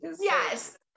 Yes